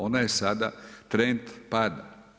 Ona je sada trend pada.